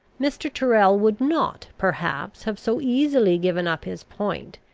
mr. tyrrel would not, perhaps, have so easily given up his point,